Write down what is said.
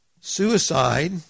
Suicide